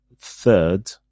third